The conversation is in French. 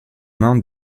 mains